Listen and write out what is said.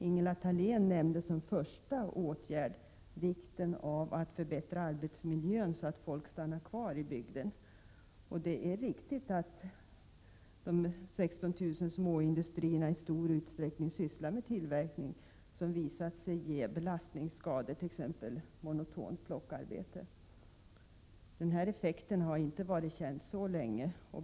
Ingela Thalén nämnde som första åtgärd vikten av att förbättra arbetsmiljön, så att folk kan stanna kvar i sin bygd. Det är riktigt att de 16 000 småindustrierna i stor utsträckning sysslar med tillverkning som har visat sig orsaka belastningsskador. Det gäller t.ex. monotont plockarbete. Denna effekt har inte varit känd så länge.